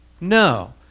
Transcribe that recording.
no